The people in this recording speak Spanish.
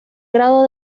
grado